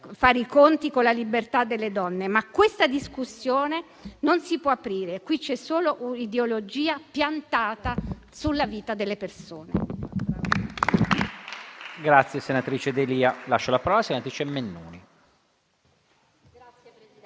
fare i conti con la libertà delle donne. Ma questa discussione non si può aprire. Qui c'è solo un'ideologia piantata sulla vita delle persone.